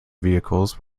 vehicles